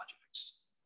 projects